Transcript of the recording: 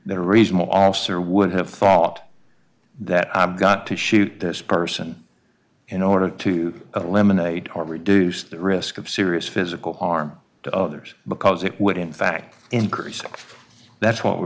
that a reasonable officer would have thought that i've got to shoot this person in order to eliminate or reduce the risk of serious physical harm to others because it would in fact increase that's w